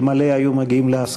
אלמלא הגיעו להסכמות,